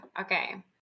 Okay